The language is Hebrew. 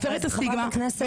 חברת הכנסת,